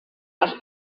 les